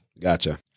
Gotcha